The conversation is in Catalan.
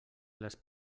les